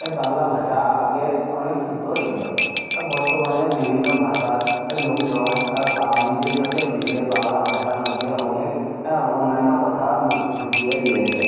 এ বাংলা ভাষা আগে অনেক শুদ্ধ ছিলো তা বর্তমানে বিভিন্ন ভাষার লোকজন বাঙালিদের সাথে মিশে বাংলা ভাষার মধ্যে অনেক অন্যান্য কথার মদ ঢুকিয়ে দিয়েছে